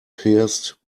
pierced